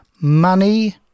money